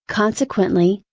consequently,